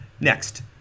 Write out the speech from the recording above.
Next